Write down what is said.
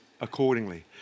accordingly